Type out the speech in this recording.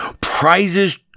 prizes